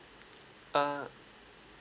uh